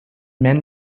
men